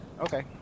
Okay